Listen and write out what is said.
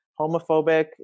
homophobic